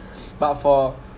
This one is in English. but for